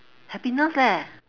happiness leh